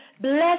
Bless